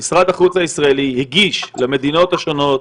משרד החוץ הישראלי הגיש למדינות השונות,